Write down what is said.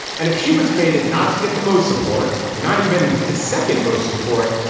and if she was faded, not to get the most support or not even the second most support.